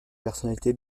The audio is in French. personnalité